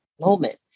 moment